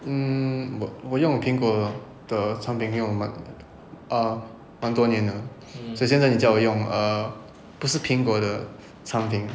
hmm 我我用苹果的产品用蛮 err 蛮多年了所以现在你叫我用 err 不是苹果的产品